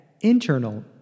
internal